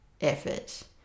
effort